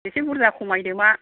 इसे बुरजा खमायदो मा